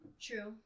True